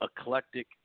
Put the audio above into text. eclectic